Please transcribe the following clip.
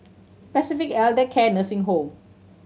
Pacific Elder Care Nursing Home